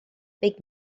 big